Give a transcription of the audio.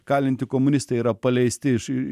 kalinti komunistai yra paleisti iš